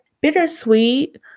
bittersweet